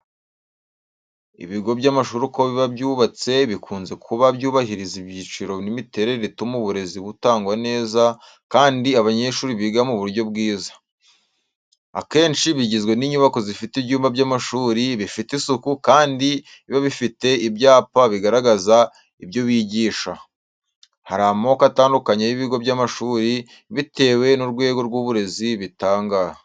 Ibigo by’amashuri uko biba byubatse bikunze kuba byubahiriza ibyiciro n’imiterere ituma uburezi butangwa neza kandi abanyeshuri biga mu buryo bwiza. Akenshi bigizwe n’inyubako zifite ibyumba by’amashuri bifite isuku kandi biba bifite n'ibyapa bigaragaza ibyo bigisha. Hari amoko atandukanye y’ibigo by’amashuri bitewe n’urwego rw’uburezi batanga.